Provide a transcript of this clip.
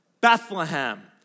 Bethlehem